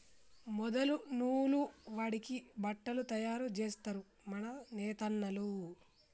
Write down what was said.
మొదలు నూలు వడికి బట్టలు తయారు జేస్తరు మన నేతన్నలు